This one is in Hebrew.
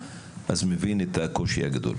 אז מבין את הקושי הגדול,